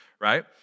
right